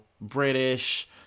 British